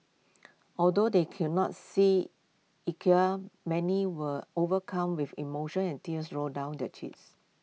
although they could not see many were overcome with emotion and tears rolled down their cheeks